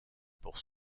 pour